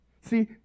See